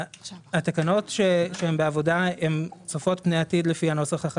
התקנות שהן בעבודה הן צופות פני עתיד לפי הנוסח החדש.